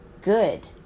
good